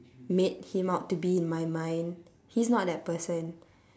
made him out to be in my mind he's not that person